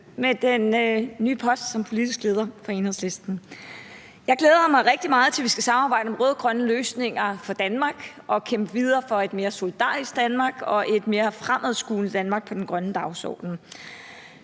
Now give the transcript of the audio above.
med den nye post som politisk leder for Enhedslisten. Jeg glæder mig rigtig meget til, at vi skal samarbejde om rød-grønne løsninger for Danmark og kæmpe videre for et mere solidarisk Danmark og et mere fremadskuende Danmark på den grønne dagsorden.